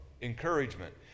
encouragement